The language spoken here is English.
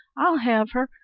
i'll have her!